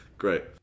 Great